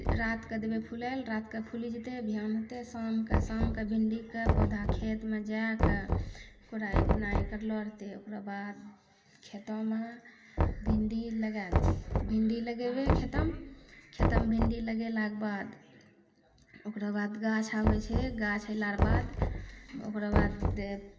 रातिके देबै फुलैलए रातके फुलि जेतै बिहान होतै शामके शामके भिन्डीके पौधा खेतमे जाके कोड़ाइ बुनाइ करलऽ रहतै ओकराबाद खेतमे भिन्डी लगा देबै भिन्डी लगेबै खेतमे खेतमे भिन्डी लागेलाके बाद ओकराबाद गाछ आबै छै गाछ अएला रऽ बाद ओकराबाद